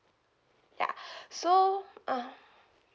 ya so (uh huh)